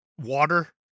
water